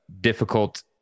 difficult